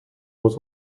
was